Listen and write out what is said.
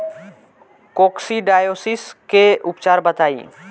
Coccidiosis के उपचार बताई?